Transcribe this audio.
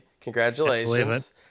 Congratulations